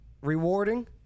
rewarding